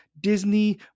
Disney